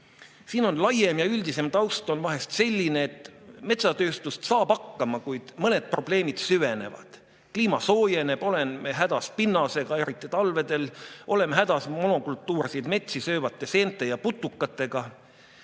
Siin laiem ja üldisem taust on vahest selline, et metsatööstus saab hakkama, kuid mõned probleemid süvenevad – kliima soojeneb, oleme hädas pinnasega, eriti talvel, oleme hädas monokultuurseid metsi söövate seente ja putukatega.